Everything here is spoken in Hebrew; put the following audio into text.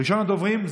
ראשון הדוברים,